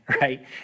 right